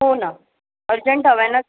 हो ना अर्जंट हवं आहे ना